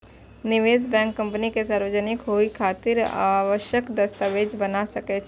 निवेश bank company के सार्वजनिक होइ खातिर आवश्यक दस्तावेज बना सकै छै